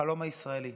החלום הישראלי,